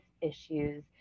issues